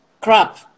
crap